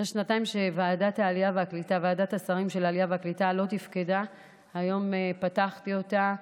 אחרי שנתיים שוועדת השרים של העלייה והקליטה לא תפקדה היום פתחתי אותה,